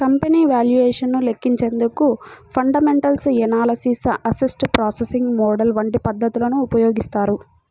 company valuation ను లెక్కించేందుకు fundamental analysis, asset pricing model వంటి పద్ధతులను ఉపయోగిస్తారు